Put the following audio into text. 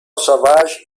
savage